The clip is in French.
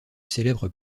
célèbre